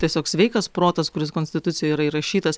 tiesiog sveikas protas kuris konstitucijoje yra įrašytas